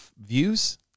views